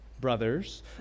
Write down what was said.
brothers